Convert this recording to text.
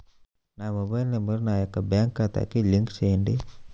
నా mobile number నా యొక్క బ్యాంక్ ఖాతాకి లింక్ చేయండీ?